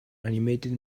animated